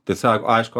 tiesiog aišku